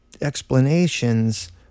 explanations